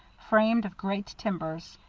framed of great timbers,